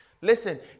Listen